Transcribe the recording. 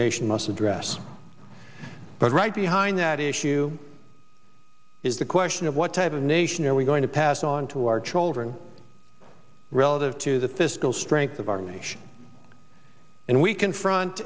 nation must address but right behind that issue is the question of what type of nation are we going to pass on to our children relative to the fiscal strength of our nation and we confront